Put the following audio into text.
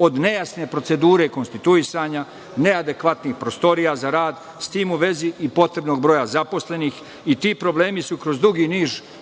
od nejasne procedure konstituisanja, neadekvatnih prostorija za rad, s tim u vezi i potrebnog broja zaposlenih i ti problemi su kroz dugi